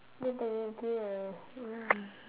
so technically right ya